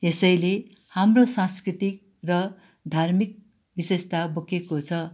यसैले हाम्रो सांस्कृतिक र धार्मिक विशेषता बोकेको छ